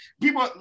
People